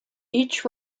each